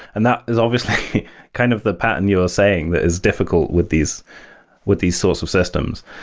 and that is obviously kind of the pattern you're saying that is difficult with these with these source of systems.